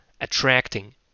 attracting